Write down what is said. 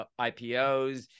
IPOs